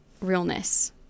realness